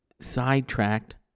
sidetracked